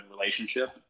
relationship